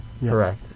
Correct